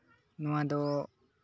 ᱱᱚᱣᱟ ᱫᱚ